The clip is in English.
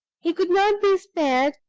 he could not be spared,